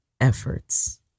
efforts